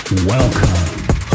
Welcome